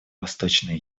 восточная